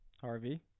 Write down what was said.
Harvey